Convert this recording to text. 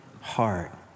heart